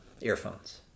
earphones